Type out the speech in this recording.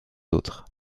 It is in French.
autres